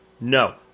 No